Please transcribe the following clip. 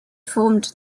formed